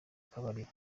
akabariro